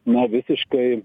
na visiškai